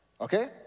Okay